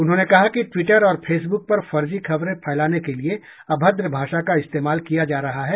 उन्होंने कहा कि टि्वटर और फेसबुक पर फर्जी खबरें फैलाने के लिए अभद्र भाषा का इस्तेमाल किया जा रहा है